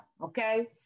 okay